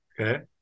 Okay